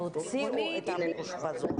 12:30